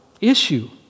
issue